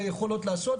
ויכולות לעשות,